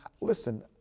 listen